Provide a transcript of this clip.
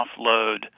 offload